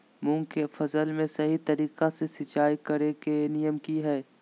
मूंग के फसल में सही तरीका से सिंचाई करें के नियम की हय?